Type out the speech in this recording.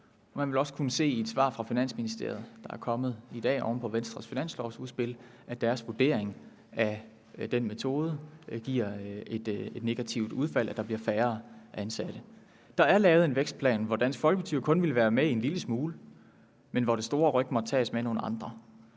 Man vil også kunne se i et svar fra Finansministeriet, der er kommet i dag oven på Venstres finanslovsudspil, at deres vurdering af den metode giver et negativt udfald, at der bliver færre ansatte. Der er lavet en vækstplan, som Dansk Folkeparti kun ville være med i en lille smule af, men hvor det store ryk måtte tages af nogle andre.